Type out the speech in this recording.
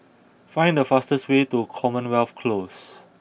find the fastest way to Commonwealth Close